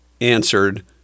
answered